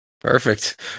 Perfect